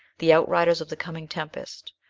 the outriders of the coming tempest,